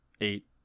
eight